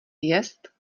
jest